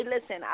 listen